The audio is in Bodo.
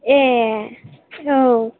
ए औ